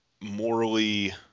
morally